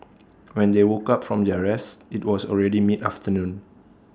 when they woke up from their rest IT was already mid afternoon